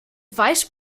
vice